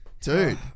Dude